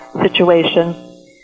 situation